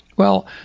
well,